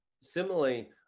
similarly